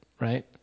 right